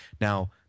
Now